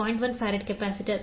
1 F capacitor 0